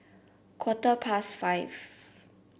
quarter past five